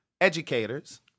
educators